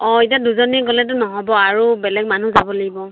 অ এতিয়া দুজনী গ'লেতো নহ'ব আৰু বেলেগ মানুহ যাব লাগিব